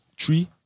Three